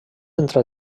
entre